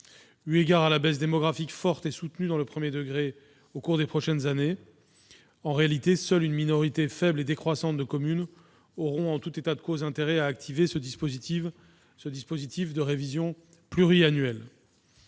Eu égard à la baisse démographique forte et soutenue dans le premier degré au cours des prochaines années, en réalité, seule une minorité faible et décroissante de communes aura intérêt, en tout état de cause, à activer ce dispositif de révision pluriannuel.